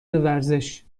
ورزش